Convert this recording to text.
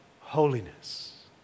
holiness